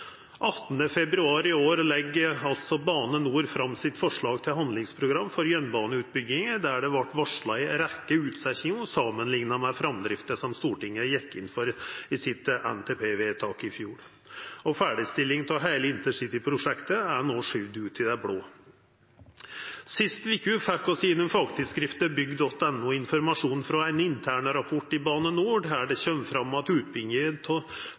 februar i år la Bane NOR fram forslaget sitt til handlingsprogram for jernbaneutbygginga, der det vart varsla ei rekkje utsetjingar samanlikna med framdrifta som Stortinget gjekk inn for i NTP-vedtaket sitt i fjor, og ferdigstillinga av heile InterCity-prosjektet er no skuva ut i det blå. Sist veke fekk vi gjennom fagtidsskriftet bygg.no informasjon frå ein intern rapport i Bane NOR, der det kjem fram at